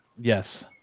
Yes